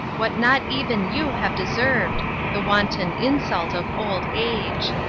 what not even you have deserved the wanton insult of old age.